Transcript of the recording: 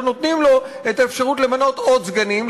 נותנים לו את האפשרות למנות עוד סגנים,